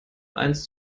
eins